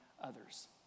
others